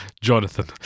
Jonathan